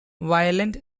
violent